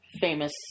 famous